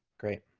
great.